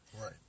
Right